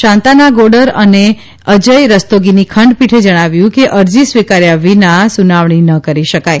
શાંતનાગોડર એ અજય રસ્તોગીની ખંડપીઠે જણાવ્યું કે અરજી સ્વીકારાયા વિનામ સુનવાણી ન કરી શકાય